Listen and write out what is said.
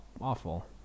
awful